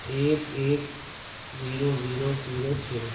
ایک ایک zero zero zero چھ